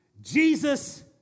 Jesus